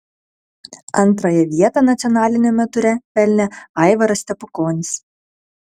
antrąją vietą nacionaliniame ture pelnė aivaras stepukonis